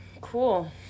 Cool